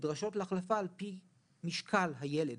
נדרשות להחלפה על-פי משקל הילד